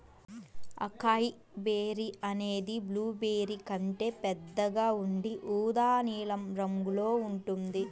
acai berry అనేది blueberry కంటే పెద్దగా ఉండి ఊదా నీలం రంగులో ఉంటుంది